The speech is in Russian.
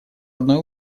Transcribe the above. одной